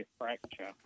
fracture